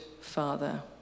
father